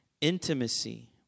Intimacy